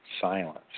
Silence